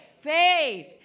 faith